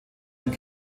ein